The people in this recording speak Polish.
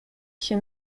się